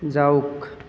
যাওক